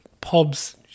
pubs